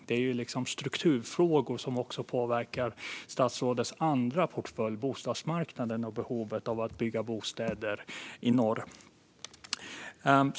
Detta handlar om strukturfrågor som också påverkar statsrådets andra portfölj, det vill säga bostadsmarknaden och behovet av att bygga bostäder i norr.